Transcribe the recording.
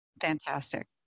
Fantastic